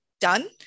done